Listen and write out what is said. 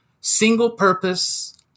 single-purpose